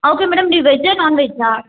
okay madam ನೀವು ವೆಜ್ಜಾ ನೋನ್ವೆಜ್ಜಾ